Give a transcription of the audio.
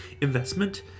investment